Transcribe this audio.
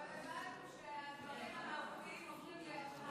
אבל הבנו שהדברים המהותיים עוברים לידך,